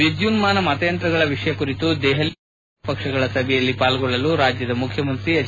ವಿದ್ಯುನ್ನಾನ ಮತಯಂತ್ರಗಳ ವಿಷಯ ಕುರಿತು ದೆಹಲಿಯಲ್ಲಿ ನಡೆಯಲಿರುವ ವಿರೋಧ ಪಕ್ಷಗಳ ಸಭೆಯಲ್ಲಿ ಪಾಲ್ಗೊಳ್ಳಲು ರಾಜ್ಯದ ಮುಖ್ಯಮಂತ್ರಿ ಎಚ್